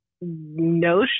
no